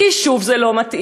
כי שוב זה לא מתאים,